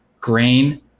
grain